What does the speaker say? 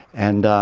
and